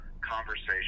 conversation